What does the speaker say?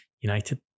United